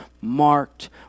marked